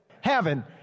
heaven